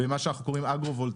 במה שאנחנו קוראים אגרו-וולטאי,